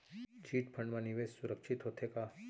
Chit fund मा निवेश सुरक्षित होथे का?